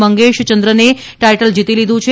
મગેશચંદ્રને title જીતી લીધું છે